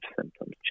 symptoms